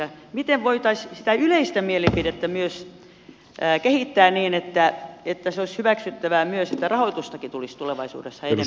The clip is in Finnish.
miten voitaisiin sitä yleistä mielipidettä myös kehittää niin että se olisi hyväksyttävää että rahoitustakin tulisi tulevaisuudessa enemmän kulttuurille